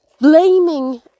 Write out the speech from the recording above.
blaming